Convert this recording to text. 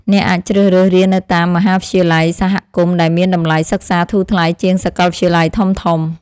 អ្នកអាចជ្រើសរើសរៀននៅតាមមហាវិទ្យាល័យសហគមន៍ដែលមានតម្លៃសិក្សាធូរថ្លៃជាងសាកលវិទ្យាល័យធំៗ។